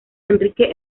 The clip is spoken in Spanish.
enrique